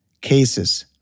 cases